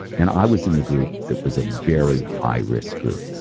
and i was in the group that was a very high risk group.